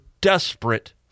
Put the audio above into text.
desperate